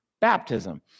baptism